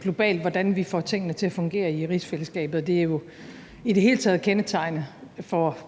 globalt, hvordan vi får tingene til at fungere i rigsfællesskabet. Og det er jo i det hele taget kendetegnende for